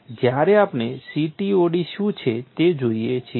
જ્યારે આપણે CTOD શું છે તે જોઈએ છીએ